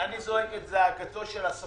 זה לא הנושא, אבל אני זועק את זעקתו של הסאפרי,